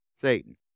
Satan